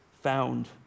found